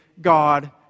God